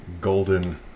golden